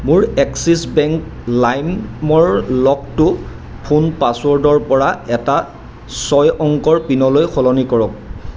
মোৰ Axis bank লাইম মৰ লকটো ফোন পাছৱৰ্ডৰ পৰা এটা ছয় অংকৰ পিনলৈ সলনি কৰক